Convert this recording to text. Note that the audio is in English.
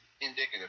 indicative